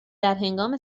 درهنگام